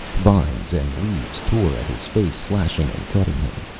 vines and leaves tore at his face, slashing and cutting him.